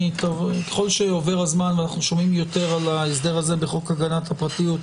ככל שעובר הזמן ואנחנו שומעים יותר ההסדר הזה בחוק הגנת הפרטיות,